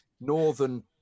Northern